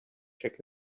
check